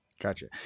Gotcha